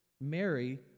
Mary